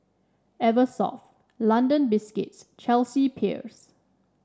Eversoft London Biscuits and Chelsea Peers